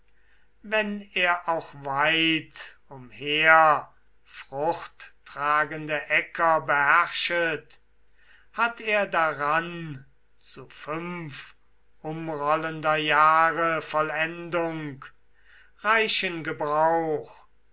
wenn er auch weit umher fruchttragende äcker beherrschet hat er daran zu fünf umrollender jahre vollendung reichen gebrauch